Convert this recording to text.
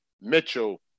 Mitchell